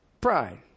Pride